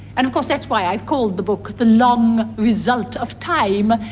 and of course that's why i've called the book the long result of time,